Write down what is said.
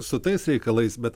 su tais reikalais bet